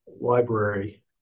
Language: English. library